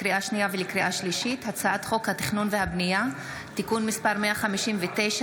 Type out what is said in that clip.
לקריאה שנייה ולקריאה שלישית: הצעת חוק התכנון והבנייה (תיקון מס' 159),